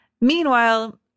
Meanwhile